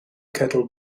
kettle